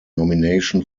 nomination